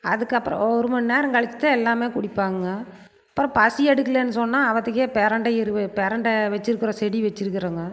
அதுக்கப்புறம் ஒரு மணி நேரம் கழிச்சுதான் எல்லாமே குடிப்பாங்க அப்புறம் பசி எடுக்கலைன்னு சொன்னால் அவத்துக்கே பிரண்ட இருவ பிரண்ட வச்சுருக்குறோம் செடி வச்சுருக்குறோங்க